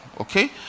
Okay